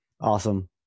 awesome